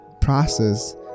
process